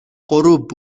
غروب